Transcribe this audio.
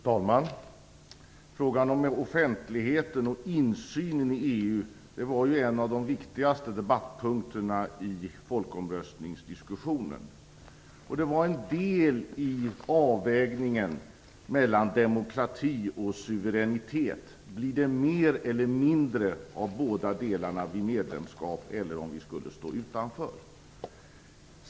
Fru talman! Frågan om offentligheten och insynen i EU var en av de viktigaste debattpunkterna i folkomröstningsdiskussionen. Det var en del i avvägningen mellan demokrati och suveränitet; blir det mer eller mindre av båda delarna vid medlemskap eller om vi skulle stå utanför?